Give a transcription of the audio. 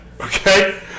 Okay